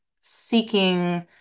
seeking